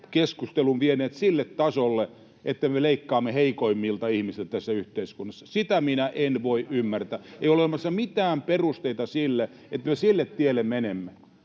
arvokeskustelun vieneet sille tasolle, että me leikkaamme heikoimmilta ihmisiltä tässä yhteiskunnassa. Sitä minä en voi ymmärtää. [Vilhelm Junnila: Ei se pidä paikkaansa!] Ei olemassa mitään perusteita sille, että me sille tielle menemme.